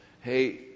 hey